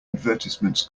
advertisements